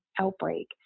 outbreak